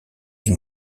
une